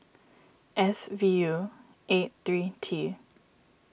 S V U eight three T